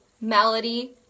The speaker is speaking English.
melody